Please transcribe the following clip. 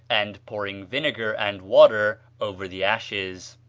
and pouring vinegar and water over the ashes.